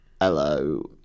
Hello